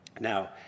Now